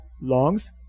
longs